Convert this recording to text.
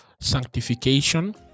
sanctification